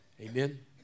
Amen